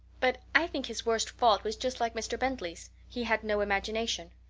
but i think his worst fault was just like mr. bentley's he had no imagination.